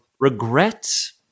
Regrets